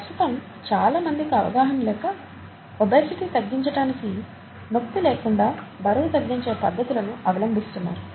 ప్రస్తుతం చాలామందికి అవగాహన లేక ఒబేసిటీ తగ్గించటానికి నొప్పి లేకుండా బరువు తగ్గించే పద్ధతులను అవలంబిస్తున్నారు